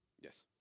Yes